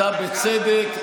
אתה בצדק,